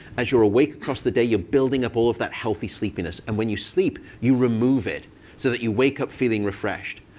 as you're awake across the day, you're building up all of that healthy sleepiness. and when you sleep, you remove it so that you wake up feeling refreshed.